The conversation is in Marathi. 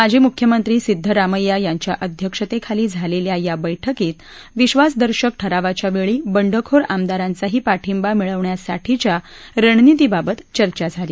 माजी मुख्यमंत्री सिद्धरामय्या यांच्या अध्यक्षतेखाली झालेल्या या बैठकीत विश्वासदर्शक ठरावाच्या वेळी बंडखोर आमदारांचाही पाठिंबा मिळवण्यासाठीच्या रणनीतीबाबत चर्चा झाली